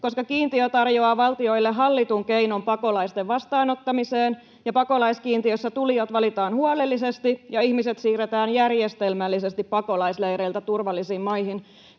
koska kiintiö tarjoaa valtioille hallitun keinon pakolaisten vastaanottamiseen ja pakolaiskiintiössä tulijat valitaan huolellisesti ja ihmiset siirretään järjestelmällisesti pakolaisleireiltä turvallisiin maihin.